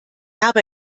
habe